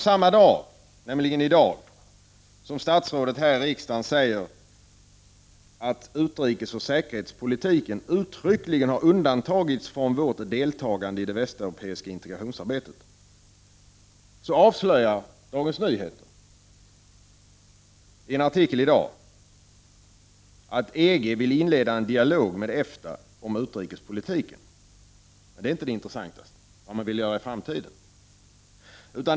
Samma dag, nämligen i dag, som statsrådet här i riksdagen säger att utrikespolitik och säkerhetspolitik uttryckligen har undantagits från vårt deltagande i det västeuropeiska integrationsarbetet, avslöjar Dagens Nyheter i en artikel att EG vill inleda en dialog med EFTA om utrikespolitiken. Det intressanta är dock inte vad man vill göra i framtiden.